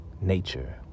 nature